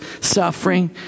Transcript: Suffering